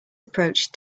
approach